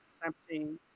accepting